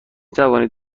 توانید